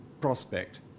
prospect